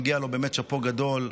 ומגיע לו באמת שאפו גדול,